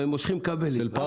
מושכים כבלים.